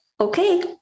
okay